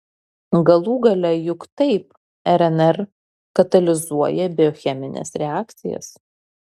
galų gale juk taip rnr katalizuoja biochemines reakcijas